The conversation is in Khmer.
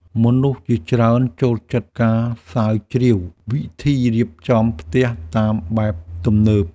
មនុស្សជាច្រើនចូលចិត្តការស្រាវជ្រាវវិធីរៀបចំផ្ទះតាមបែបទំនើប។